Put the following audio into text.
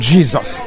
Jesus